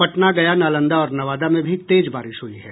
पटना गया नालंदा और नवादा में भी तेज बारिश हुई है